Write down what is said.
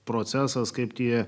procesas kaip tie